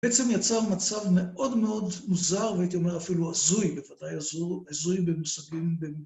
בעצם יצר מצב מאוד מאוד מוזר, והייתי אומר אפילו הזוי, בוודאי הזוי במושגים מדיניים.